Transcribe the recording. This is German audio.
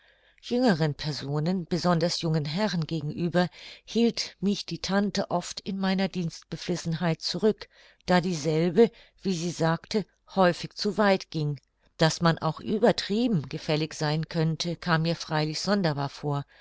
jüngeren personen besonders jungen herren gegenüber hielt mich die tante oft in meiner dienstbeflissenheit zurück da dieselbe wie sie sagte häufig zu weit ging daß man auch übertrieben gefällig sein könnte kam mir freilich sonderbar vor